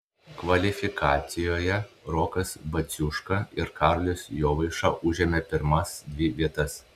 kvalifikacijoje rokas baciuška ir karolis jovaiša užėmė pirmas dvi vietas